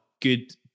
good